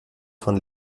von